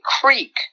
creek